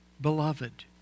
beloved